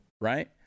Right